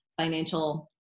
financial